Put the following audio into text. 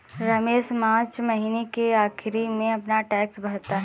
रमेश मार्च महीने के आखिरी में अपना टैक्स भरता है